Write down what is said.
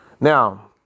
Now